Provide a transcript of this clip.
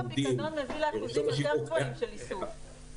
הפיקדון מביא לאחוזים יותר גבוהים של איסוף,